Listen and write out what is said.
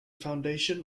foundation